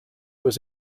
was